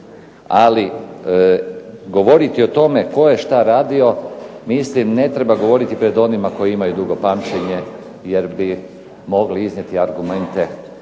Ali, govoriti o tome tko je što radio mislim ne treba govoriti pred onima koji imaju dugo pamćenje jer bi mogli iznijeti argumente